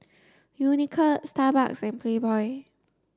Unicurd Starbucks and Playboy